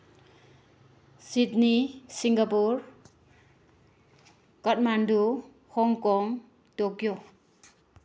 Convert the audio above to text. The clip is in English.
Sydney Singapore Kathmandu Hong Kong Tokyo